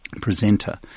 presenter